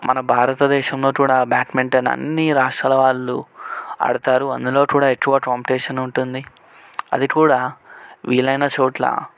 మన భారతదేశంలో కూడా బ్యాడ్మింటన్ అన్ని రాష్ట్రాల వాళ్ళు ఆడతారు అందులో కూడా ఎక్కువ కాంపిటీషన్ ఉంటుంది అది కూడా వీలైన చోట్ల